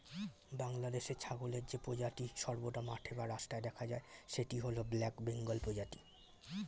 বাংলাদেশে ছাগলের যে প্রজাতি সর্বদা মাঠে বা রাস্তায় দেখা যায় সেটি হল ব্ল্যাক বেঙ্গল প্রজাতি